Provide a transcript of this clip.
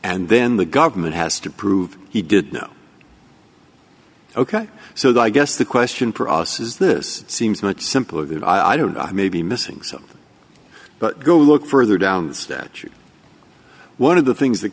and then the government has to prove he did know ok so i guess the question for us is this seems much simpler that i don't know i may be missing something but go look further down the statute one of the things that